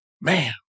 Man